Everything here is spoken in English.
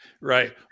right